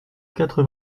quatre